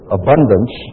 abundance